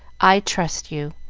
i trust you,